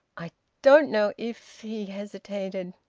i don't know if he hesitated.